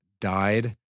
died